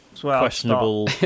questionable